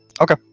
Okay